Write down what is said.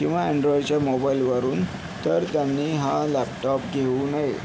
किंवा अँन्ड्रॉईडच्या मोबाइलवरून तर त्यांनी हा लॅपटॉप घेऊ नये